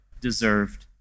deserved